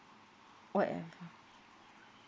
what